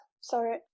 Sorry